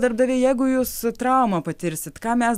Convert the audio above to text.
darbdaviai jeigu jūs traumą patirsit ką mes